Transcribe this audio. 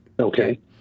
Okay